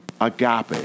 agape